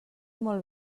molt